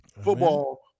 football